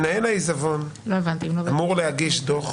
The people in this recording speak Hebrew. אבל מנהל העיזבון אמור להגיש דו"ח